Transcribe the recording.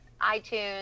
iTunes